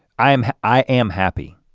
i am i am happy.